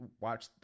watch